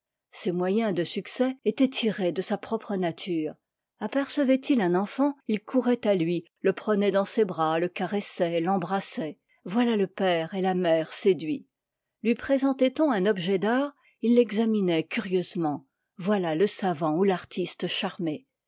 ses moyens de succès étoient tirés de sa propre nature apercèvoit il un enfant il couroitàlui le prenoit dans ses bras le caressoit fembrassoit voilà le père et la mère séduits lui présentoit on un objet d'art il l'examinoit curieusement voilà le savant ou l'artiste charmé